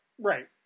right